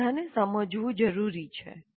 આ બધાને સમજવું જરૂરી છે